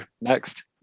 next